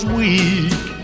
weak